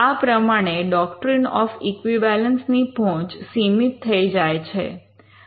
આ પ્રમાણે doctrine of equivalence ની પહોંચ સીમિત થઈ જાય છે